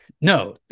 no